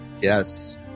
Yes